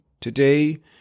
today